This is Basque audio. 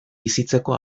bizitzeko